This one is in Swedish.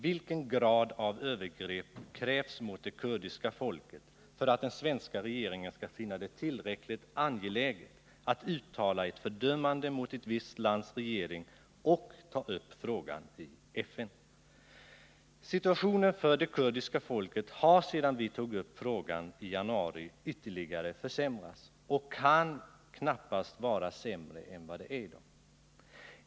Vilken grad av övergrepp krävs mot det kurdiska folket, för att den svenska regeringen skall finna det tillräckligt angeläget att uttala ett fördömande mot ett visst lands regering och ta upp frågan i FN? Situationen för det kurdiska folket har sedan vi tog upp frågan i januari ytterligare försämrats och kan knappast vara sämre än vad den är i dag.